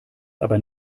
aber